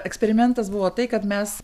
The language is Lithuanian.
eksperimentas buvo tai kad mes